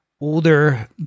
older